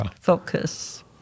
focus